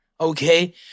okay